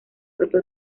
propia